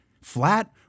flat